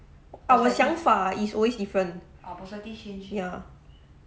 our 想法 is always different ya